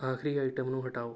ਆਖਰੀ ਆਈਟਮ ਨੂੰ ਹਟਾਓ